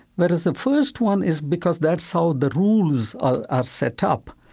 whereas the first one is because that's how the rules are set up.